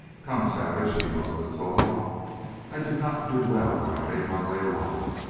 come, savage! he motioned to towahg i did not do well when i made my way alone.